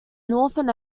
northern